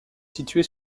située